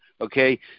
Okay